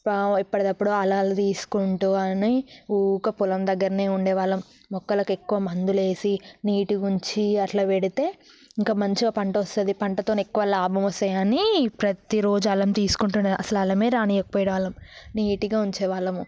ఎప్పటికప్పుడు అలములు తీసుకుంటూ అని ఊరికే పొలం దగ్గరే ఉండే వాళ్ళము మొక్కలకి ఎక్కువ మందులు వేసి నీట్గా ఉంచి అలా పెడితే ఇంకా మంచిగా పంట వస్తుంది పంటతో ఎక్కువ లాభం వస్తుందని ప్రతి రోజు అలము తీసుకుంటూ ఉండేది అసలు అలమే రానీయకపోయే వాళ్ళము నీట్గా ఉంచేవాళ్ళము